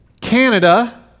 Canada